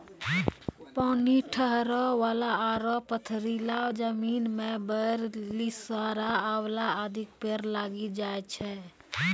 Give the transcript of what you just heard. पानी ठहरै वाला आरो पथरीला जमीन मॅ बेर, लिसोड़ा, आंवला आदि के पेड़ लागी जाय छै